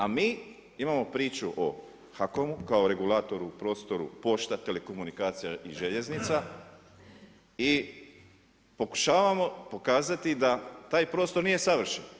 A mi imamo priču o HAKOM-u kao regulatoru u prostoru poštu, telekomunikacija i željeznica i pokušavamo pokazati da taj prostor nije savršen.